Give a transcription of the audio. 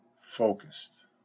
focused